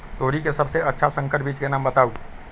तोरी के सबसे अच्छा संकर बीज के नाम बताऊ?